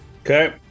Okay